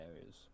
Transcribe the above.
areas